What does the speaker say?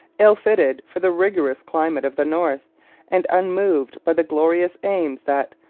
ill fitted for the rigorous climate of the north and unmoved by the glorious aims that,